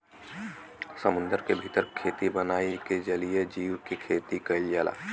समुंदर के भीतर खेती बनाई के जलीय जीव के खेती कईल जाला